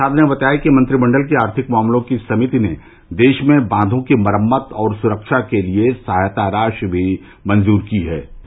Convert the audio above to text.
श्री प्रसाद ने बताया कि मंत्रिमंडल की आर्थिक मामलों की समिति ने देश में बांधों की मरम्मत और सुरक्षा के लिए सहायता राशि भी मंजूर की है